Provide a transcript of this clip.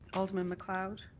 alderman macleod?